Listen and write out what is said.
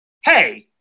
Hey